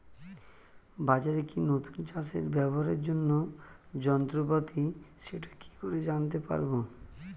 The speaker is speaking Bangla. বাজারে কি নতুন চাষে ব্যবহারের জন্য যন্ত্রপাতি সেটা কি করে জানতে পারব?